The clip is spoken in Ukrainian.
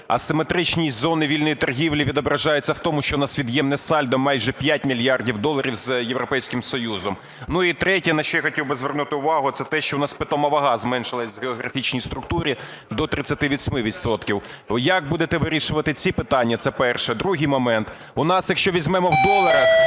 асиметричні зони вільної торгівлі відображаються в тому, що в нас від'ємне сальдо майже 5 мільярдів доларів з Європейським Союзом. І третє, на що я хотів би звернути увагу, це те, що у нас питома вага зменшилась у географічній структурі до 38 відсотків. Як будете вирішувати ці питання? Це перше. Другий момент. У нас, якщо візьмемо в доларах,